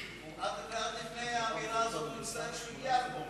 עד לפני האמירה הזאת הוא הצטער שהוא הגיע לפה.